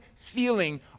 feeling